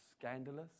scandalous